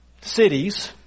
cities